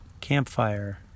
Campfire